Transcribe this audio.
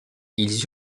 ils